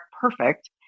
perfect